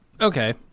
Okay